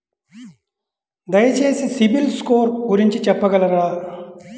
దయచేసి సిబిల్ స్కోర్ గురించి చెప్పగలరా?